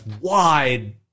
wide